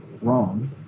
wrong